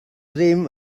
ddim